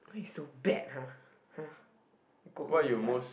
why you so bad !huh! !huh! go home and die